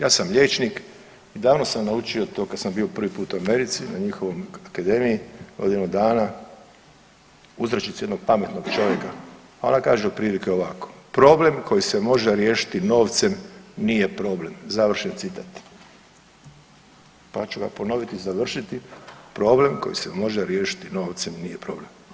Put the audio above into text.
Ja sam liječnik i davno sam naučio to kad sam bio prvi put u Americi na njihovoj akademiji godinu dana uzrečicu jednog pametnog čovjeka, ona kaže otprilike ovako problem koji se može riješiti novcem nije problem, završen citat, pa ću ga ponoviti i završiti problem koji se može riješiti novcem nije problem.